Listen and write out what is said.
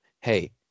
Hey